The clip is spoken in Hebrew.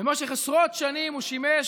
במשך עשרות שנים הוא שימש,